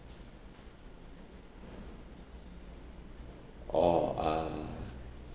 oh uh